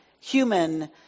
human